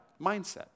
mindset